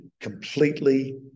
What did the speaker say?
completely